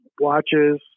watches